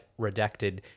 redacted